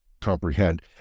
comprehend